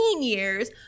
years